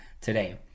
today